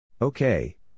Okay